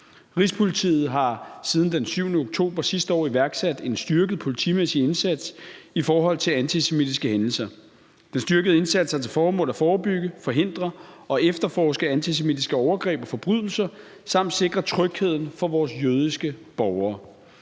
Rigspolitiet har siden den 7. oktober sidste år iværksat en styrket politimæssig indsats i forhold til antisemitiske hændelser. Den styrkede indsats har til formål at forebygge, forhindre og efterforske antisemitiske overgreb og forbrydelser samt sikre trygheden for vores jødiske borgere.